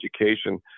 education